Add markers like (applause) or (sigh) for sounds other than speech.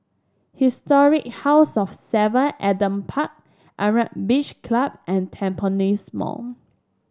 Historic House of Seven Adam Park (unintelligible) Beach Club and Tampines Mall